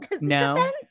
no